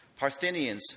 Parthenians